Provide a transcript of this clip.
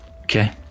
okay